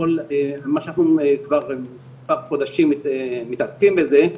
ממה שאנחנו כבר מספר חודשים מתעסקים בזה,